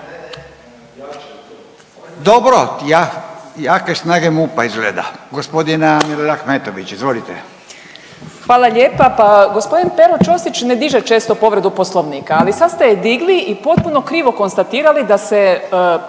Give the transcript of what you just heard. dobro jake snage MUP-a izgleda. Gospodina Mirela Ahmetović, izvolite. **Ahmetović, Mirela (SDP)** Hvala lijepa. Pa gospodin Pero Ćosić ne diže često povredu Poslovnika, ali sad ste je digli i potpuno krivo konstatirali da se